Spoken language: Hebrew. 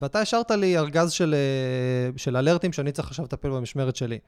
ואתה השארת לי ארגז של אלרטים שאני צריך עכשיו לטפל במשמרת שלי.